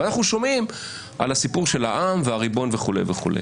אנחנו שומעים על הסיפור של העם ועל הריבון וכולי וכולי.